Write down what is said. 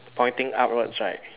pointing upwards right